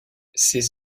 ses